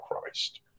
Christ